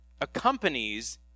accompanies